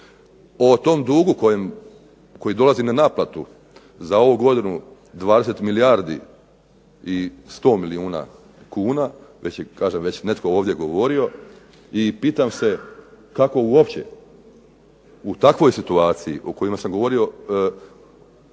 O tom dugu koji dolazi na naplatu za ovu godinu 20 milijardi i 100 milijuna kuna, već je netko ovdje govorio i pitam se kako uopće u takvoj situaciji o kojoj sam govorio